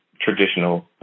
traditional